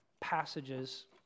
passages